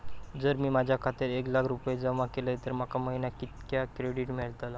जर मी माझ्या खात्यात एक लाख रुपये जमा केलय तर माका महिन्याक कितक्या क्रेडिट मेलतला?